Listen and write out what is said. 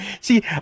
See